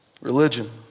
Religion